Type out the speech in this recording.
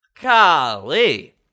Golly